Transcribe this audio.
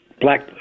black